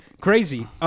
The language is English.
Crazy